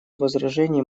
возражений